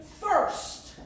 first